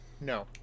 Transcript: No